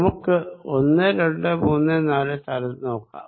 നമുക്ക് 1234 സർഫേസ് നോക്കാം